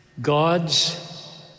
God's